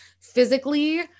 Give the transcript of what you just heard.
physically